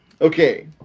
Okay